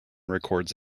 records